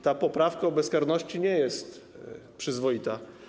Ta poprawka o bezkarności nie jest przyzwoita.